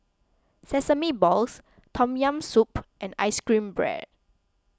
Sesame Balls Tom Yam Soup and Ice Cream Bread